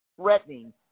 threatening